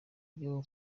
ibyo